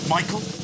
Michael